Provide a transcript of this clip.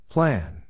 Plan